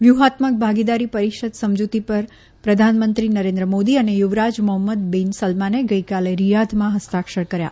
વ્યૂહાત્મક ભાગીદારી પરિષદ સમજૂતી પર પ્રધાનમંત્રી નરેન્દ્ર મોદી અને યુવરાજ મોફમ્મદ બિન સલમાને ગઈકાલે રિયાધમાં ફસ્તાક્ષર કર્યા